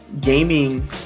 gaming